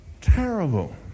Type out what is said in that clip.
terrible